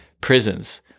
prisons